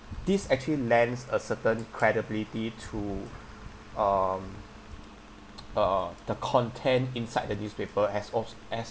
this actually lands a certain credibility to um uh the content inside the newspaper as of as~